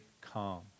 calm